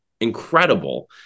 incredible